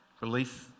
Release